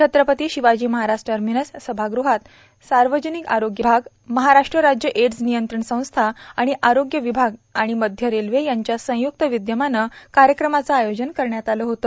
छत्रपती शिवाजी महाराज टर्मिनसच्या सभागृहात सार्वजनिक आरोग्य विभाग महाराष्ट्र राज्य एड्स नियंत्रण संस्था आणि आरोग्य विभाग आणि मध्य रेल्वे यांच्या संय्क्त विद्यमाने कार्यक्रमाचे आयोजन करण्यात आले होते